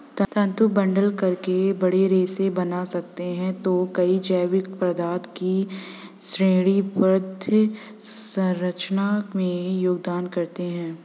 तंतु बंडल करके बड़े रेशे बना सकते हैं जो कई जैविक पदार्थों की श्रेणीबद्ध संरचना में योगदान करते हैं